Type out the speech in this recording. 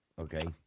Okay